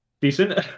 decent